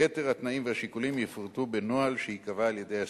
יתר התנאים והשיקולים יפורטו בנוהל שייקבע על-ידי השרים.